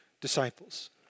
disciples